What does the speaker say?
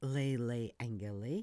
lai lai angelai